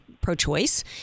pro-choice